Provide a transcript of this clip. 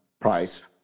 price